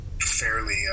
fairly